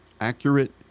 accurate